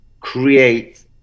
create